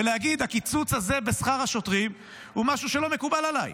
ולהגיד: הקיצוץ הזה בשכר השוטרים הוא משהו שלא מקובל עליי.